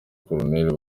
col